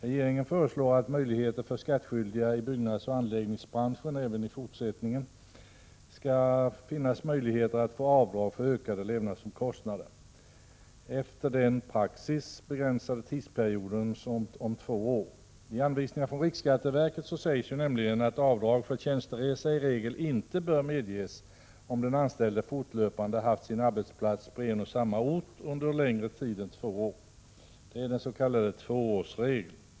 Regeringen föreslår att det för skattskyldiga i byggnadsoch anläggningsbranschen även i fortsättningen skall finnas möjligheter att göra avdrag för ökade levnadsomkostnader också efter den normalt tillämpade tidsperioden två år. I anvisningar från riksskatteverket sägs nämligen att avdrag för tjänsteresa i regel inte bör medges om den anställde fortlöpande haft sin arbetsplats på ett och samma ställe under längre tid än två år — den s.k. tvåårsregeln.